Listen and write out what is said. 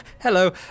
hello